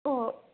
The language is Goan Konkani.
ओ